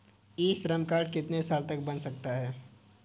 ई Shram card कितने साल तक बन सकता है?